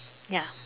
ya